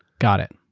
got it.